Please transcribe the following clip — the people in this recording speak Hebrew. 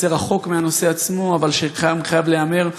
בנושא רחוק מהנושא עצמו, אבל שחייב להיאמר.